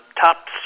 top